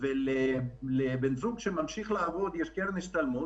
ולאחד יש קרן השתלמות